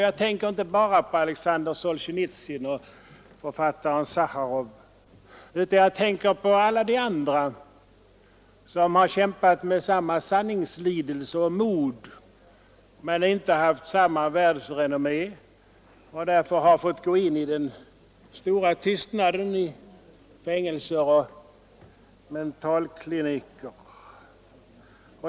Jag tänker inte bara på Alexander Solzjenitsyn och Andrej Sacharov, utan jag tänker på alla de andra som har kämpat med samma sanningslidelse och mod, men inte haft samma världsrenommé och därför har fått gå in i den stora tystnaden bakom murarna till fängelser och mentalkliniker.